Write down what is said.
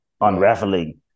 unraveling